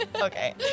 Okay